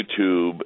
YouTube